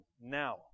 now